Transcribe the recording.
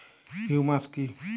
Humus কি?